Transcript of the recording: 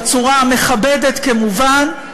בצורה מכבדת כמובן,